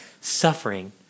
suffering